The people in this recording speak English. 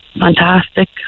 Fantastic